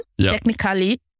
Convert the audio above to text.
technically